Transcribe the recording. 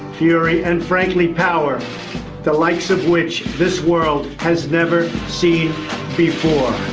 fury and frankly power the likes of which this world has never seen before.